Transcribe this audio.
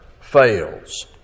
fails